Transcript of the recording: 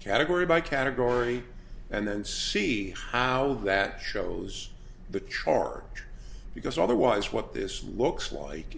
category by category and then see how that shows the chart because otherwise what this looks like